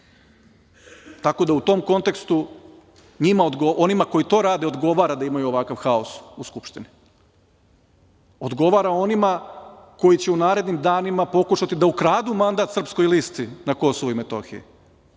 Srpske. U tom kontekstu, onima koji to rade odgovara da imaju ovakav haos u Skupštini. Odgovara onima koji će u narednim danima pokušati da ukradu mandat Srpskoj listi na Kosovu i Metohiji